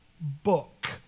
book